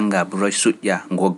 ngaɗa praktisi.